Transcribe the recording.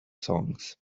songs